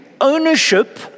Ownership